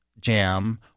jam